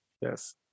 Yes